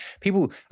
people